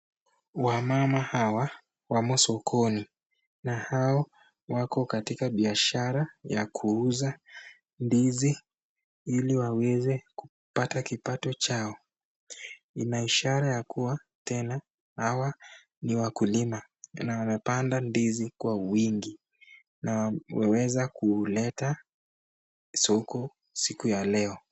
Wamama hawa wamo sokoni na hao wako katika biashara ya kuuza ndizi ili waweze kupata kipato chao ina ishara ya kuwa tena hawa ni wakulima na wamepanda ndizi kwa wingi na wameweza kuileta soko siku ya leo.